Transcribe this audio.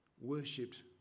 worshipped